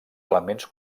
elements